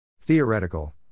Theoretical